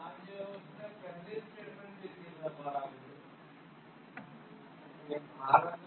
छात्र डीएनए के बारे में